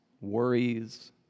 worries